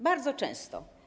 Bardzo często.